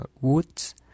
woods